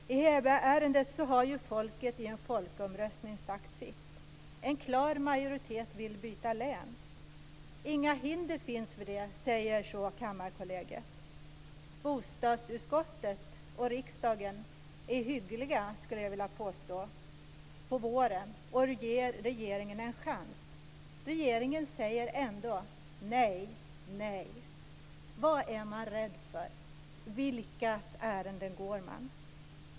I Hebyärendet har folket i en folkomröstning sagt sitt. En klar majoritet vill byta län. Det finns inga hinder för det, säger Kammarkollegiet. Jag vill påstå att bostadsutskottet och riksdagen var hyggliga i våras när man gav regeringen en chans. Regeringen säger ändå nej. Vad är man rädd för? Vilkas ärenden går man?